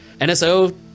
NSO